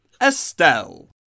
Estelle